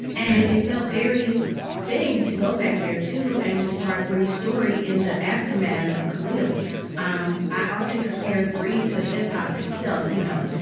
and it felt very fitting to go back there, too, and to start bri's story in the aftermath of khalil um i often compare bri to hip-hop itself, you know,